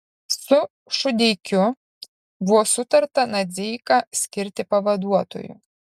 su šudeikiu buvo sutarta nadzeiką skirti pavaduotoju